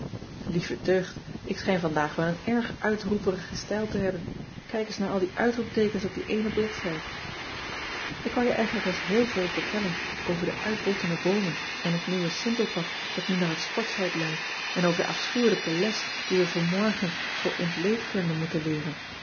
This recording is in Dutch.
ieve deugd ik schijn vandaag wel een erg uitroeperigen stijl te hebben ijk eens naar al die uitroepteekens op die eene bladzij k wou je eigenlijk eens heel veel vertellen over de uitbottende boomen en het nieuwe sintelpad dat nn naar het sportveld leidt en over de afschuwelijke les die wij voor morgen voor ontleedkunde moeten leeren